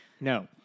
No